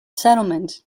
settlement